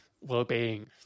well-being